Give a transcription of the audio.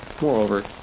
Moreover